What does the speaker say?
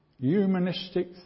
Humanistic